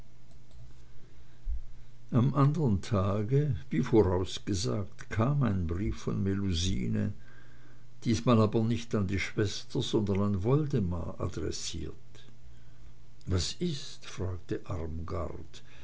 am andern tage wie vorausgesagt kam ein brief von melusine diesmal aber nicht an die schwester sondern an woldemar adressiert was ist fragte